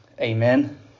Amen